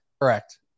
correct